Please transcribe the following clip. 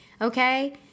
Okay